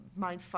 mindfuck